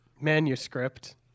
Manuscript